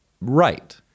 right